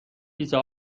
کیسه